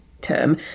term